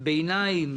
כביניים,